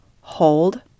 hold